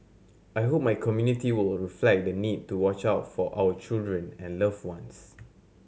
I hope my community will reflect the need to watch out for our children and loved ones